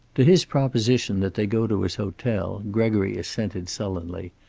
to his proposition that they go to his hotel gregory assented sullenly,